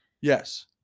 Yes